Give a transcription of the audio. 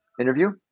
interview